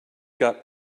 got